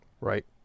Right